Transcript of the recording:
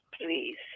please